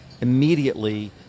immediately